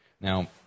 Now